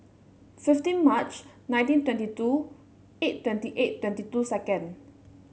fifteen March nineteen twenty two eight twenty eight twenty two